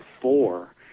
four